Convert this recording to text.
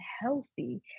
healthy